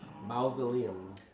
Mausoleum